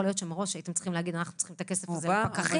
יכול להיות שמראש הייתם צריכים להגיד שאתם צריכים את הכסף הזה לפקחים.